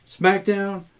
Smackdown